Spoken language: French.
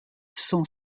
cent